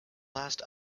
last